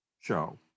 show